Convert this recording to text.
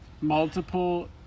Multiple